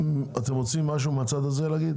אתם רוצים משהו להגיד?